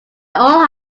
all